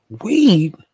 Weed